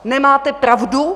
Nemáte pravdu.